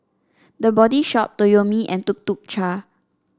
The Body Shop Toyomi and Tuk Tuk Cha